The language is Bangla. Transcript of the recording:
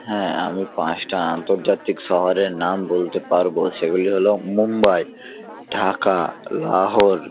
হ্যাঁ আমি পাঁচটা আন্তর্জাতিক শহরের নাম বলতে পারব সেগুলি হলো মুম্বই ঢাকা লাহোর